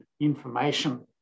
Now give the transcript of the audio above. information